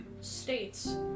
states